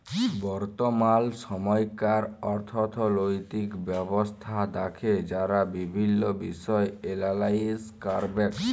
বর্তমাল সময়কার অথ্থলৈতিক ব্যবস্থা দ্যাখে যারা বিভিল্ল্য বিষয় এলালাইস ক্যরবেক